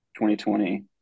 2020